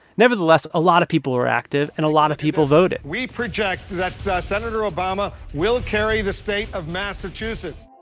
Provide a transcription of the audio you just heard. nevertheless, a lot of people reacted and a lot of people voted we project that that senator obama will carry the state of massachusetts.